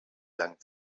lang